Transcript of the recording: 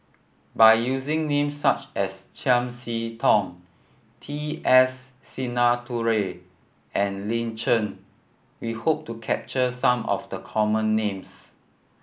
by using names such as Chiam See Tong T S Sinnathuray and Lin Chen we hope to capture some of the common names